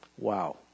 Wow